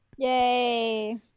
Yay